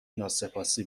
ناسپاسی